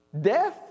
Death